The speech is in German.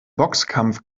boxkampf